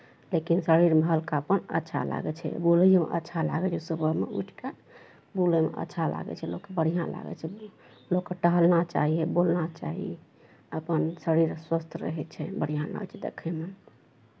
लेकिन शरीरमे हलकापन अच्छा लागै छै बुलैओमे अच्छा लागै छै सुबहमे उठि कऽ बुलयमे अच्छा लागै छै लोककेँ बढ़िआँ लागै छै लोककेँ टहलना चाही बुलना चाही अपन शरीर स्वस्थ रहै छै बढ़िआँ लागै छै देखयमे